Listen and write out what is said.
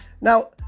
Now